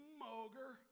moger